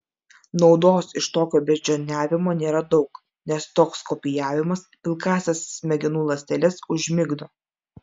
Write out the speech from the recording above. naudos iš tokio beždžioniavimo nėra daug nes toks kopijavimas pilkąsias smegenų ląsteles užmigdo